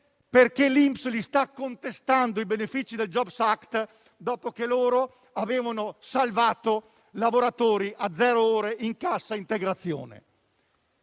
perché l'INPS le sta contestando i benefici del Jobs Act, dopo che loro avevano salvato lavoratori a zero ore in cassa integrazione.